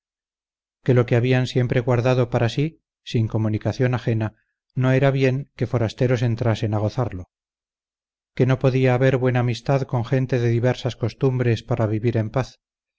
que lo que habían siempre guardado para sí sin comunicación ajena no era bien que forasteros entrasen a gozarlo que no podía haber buena amistad con gente de diversas costumbres para vivir en paz